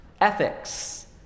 ethics